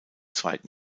zweiten